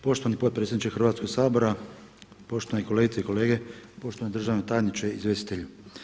Poštovani potpredsjedniče Hrvatskog sabora, poštovani kolegice i kolege, poštovani državni tajniče, izvjestitelju.